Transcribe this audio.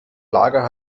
lager